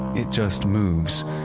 it just moves.